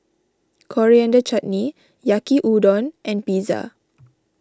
Coriander Chutney Yaki Udon and Pizza